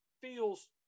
feels